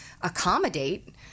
accommodate